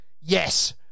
yes